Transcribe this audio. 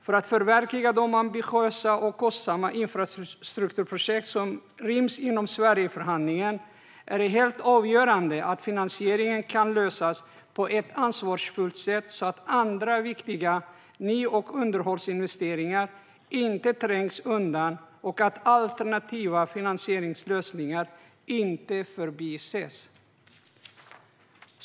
För att kunna förverkliga de ambitiösa och kostsamma infrastrukturprojekt som ryms inom Sverigeförhandlingen är det helt avgörande att finansieringen kan lösas på ett ansvarsfullt sätt, så att inte andra viktiga ny och underhållsinvesteringar trängs undan och så att inte alternativa finansieringslösningar förbises.